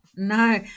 No